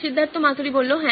সিদ্ধার্থ মাতুরি হ্যাঁ